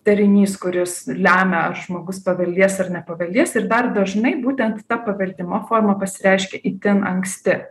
derinys kuris lemia ar žmogus paveldės ar nepaveldės ir dar dažnai būtent ta paveldima forma pasireiškia itin anksti